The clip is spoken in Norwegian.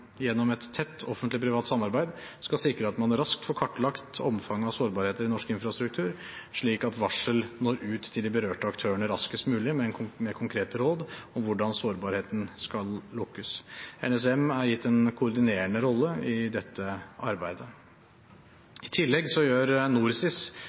raskt får kartlagt omfanget av sårbarheter i norsk infrastruktur, slik at varsel når ut til de berørte aktørene raskest mulig med konkrete råd om hvordan sårbarheten skal lukkes. NSM er gitt en koordinerende rolle i dette